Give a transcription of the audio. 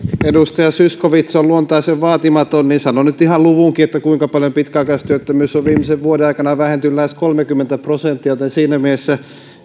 edustaja zyskowicz on luontaisen vaatimaton niin sanon nyt ihan luvunkin kuinka paljon pitkäaikaistyöttömyys on viimeisen vuoden aikana vähentynyt lähes kolmekymmentä prosenttia siinä mielessä